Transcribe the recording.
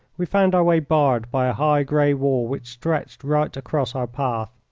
we found our way barred by a high grey wall which stretched right across our path.